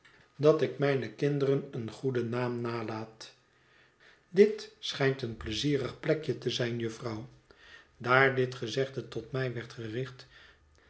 en ik gaven beide ons leedwezen te kennalaat dit schijnt een pleizierig plekje te zijn jufvrouw daar dit gezegde tot mij werd gericht